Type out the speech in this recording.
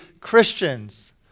Christians